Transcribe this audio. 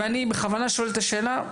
ואני בכוונה שואל את השאלה,